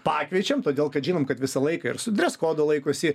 pakviečiam todėl kad žinom kad visą laiką ir su dres kodo laikosi